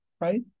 right